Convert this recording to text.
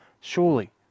surely